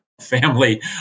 family